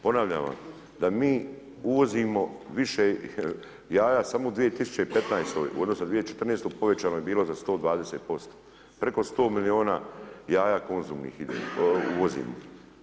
Ponavljam vam da mi uvozimo više jaja samo u 2015., u odnosu na 2014. povećano je bilo za 120%. preko 100 milijuna jaja konzumnih uvozimo.